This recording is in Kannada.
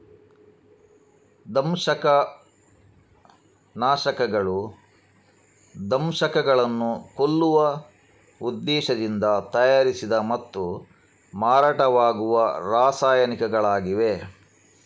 ದಂಶಕ ನಾಶಕಗಳು ದಂಶಕಗಳನ್ನು ಕೊಲ್ಲುವ ಉದ್ದೇಶದಿಂದ ತಯಾರಿಸಿದ ಮತ್ತು ಮಾರಾಟವಾಗುವ ರಾಸಾಯನಿಕಗಳಾಗಿವೆ